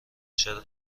چرا